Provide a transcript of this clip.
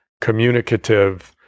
communicative